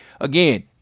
again